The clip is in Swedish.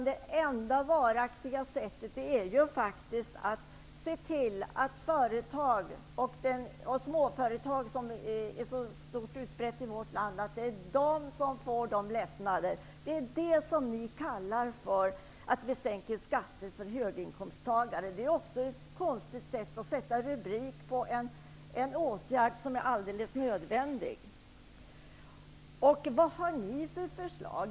Det enda varaktiga sättet är faktiskt att se till att företag och småföretag, som har en så stor utbredning i vårt land, får lättnader. Det är det som ni kallar att vi sänker skatter för höginkomsttagare. Det är också ett konstigt sätt att sätta rubrik på en åtgärd som är alldeles nödvändig. Vad har ni för förslag?